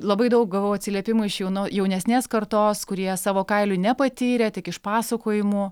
labai daug gavau atsiliepimų iš jauno jaunesnės kartos kurie savo kailiu nepatyrė tik iš pasakojimų